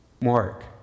Mark